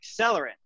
accelerant